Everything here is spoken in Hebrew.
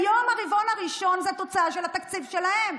היום, הרבעון הראשון זו תוצאה של התקציב שלהם.